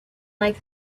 like